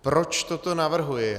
Proč toto navrhuji?